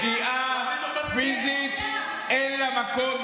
לפגיעה פיזית אין מקום.